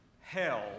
hell